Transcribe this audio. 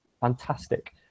fantastic